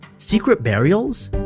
secret burials?